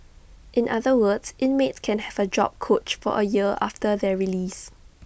in other words inmates can have A job coach for A year after their release